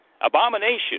abomination